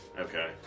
Okay